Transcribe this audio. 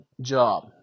job